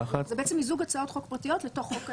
זה בעצם מיזוג הצעות חוק פרטיות לתוך חוק ההסדרים,